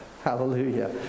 Hallelujah